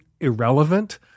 irrelevant